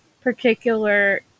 particular